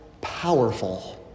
powerful